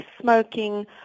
smoking